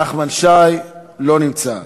נחמן שי, לא נמצא.